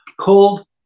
Cold